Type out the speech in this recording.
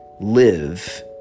live